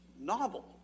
novel